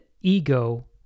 ego